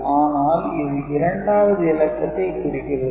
ஆனால் இது 2 வது இலக்கத்தை குறிக்கிறது